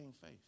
faith